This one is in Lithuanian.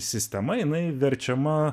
sistema jinai verčiama